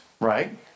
Right